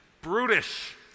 brutish